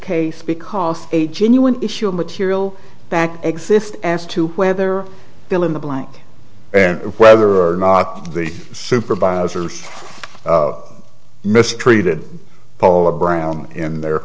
case because a genuine issue of material back exists as to whether bill in the blank and whether or not the supervisors mistreated paula brown in their